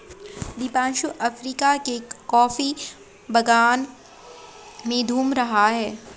Deepanshu Africa के coffee बागान में घूम रहा है